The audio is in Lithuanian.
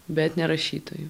bet ne rašytojų